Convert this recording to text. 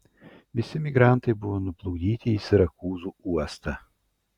visi migrantai buvo nuplukdyti į sirakūzų uostą